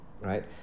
right